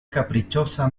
caprichosa